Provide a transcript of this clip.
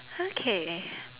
okay